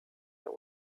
der